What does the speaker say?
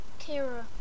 Kira